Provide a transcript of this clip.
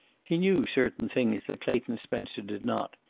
he knew certain things that clayton spencer did not,